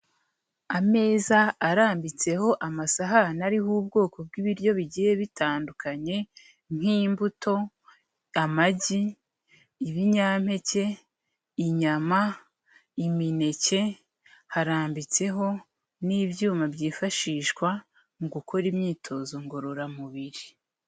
Ameza arambitseho amasahani ariho ubwoko bw'ibiryo bigiye bitandukanye nk'imbuto, amagi, ibinyampeke, inyama, imineke, harambitseho n'ibyuma byifashishwa mu gukora imyitozo ngororamubiri.